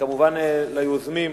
וכמובן ליוזמים,